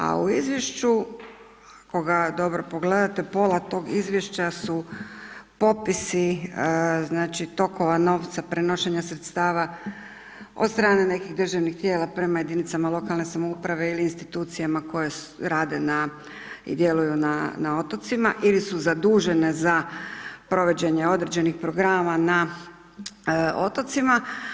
A u izvješću, ako ga dobro pogledate, pola tog izvješća su popisi tokova novca, prenošenje sredstava od strane nekih držanih tijela od prema jedinice lokalne samouprave ili institucijama koje rade na ili djeluju na otocima ili su zadužene za provođenje određenih programa na otocima.